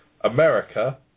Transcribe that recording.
America